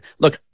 look